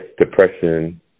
depression